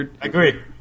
agree